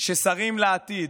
ששרים לעתיד,